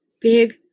big